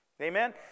amen